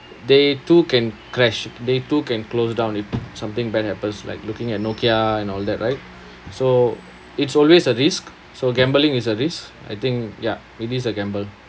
they too can crash they too can close down if something bad happens like looking at Nokia and all that right so it's always a risk so gambling is a risk I think ya it is a gamble